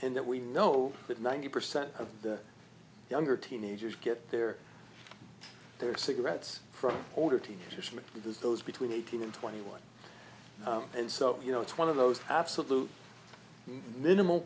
and that we know that ninety percent of the younger teenagers get their their cigarettes from order to use those between eighteen and twenty one and so you know it's one of those absolute minimal